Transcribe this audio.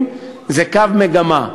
זה קו מגמה,